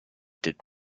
did